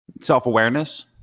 Self-awareness